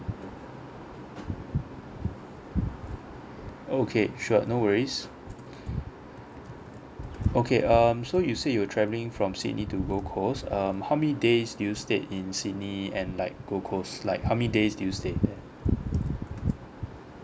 okay sure no worries okay um so you said you were travelling from sydney to gold coast um how many days do you styed in sydney and like gold coast like how many days do you stay